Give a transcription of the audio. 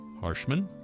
Harshman